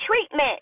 treatment